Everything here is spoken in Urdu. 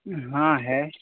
ہاں ہے